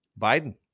Biden